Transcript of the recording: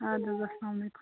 اَدٕ حظ اسلامُ علیکُم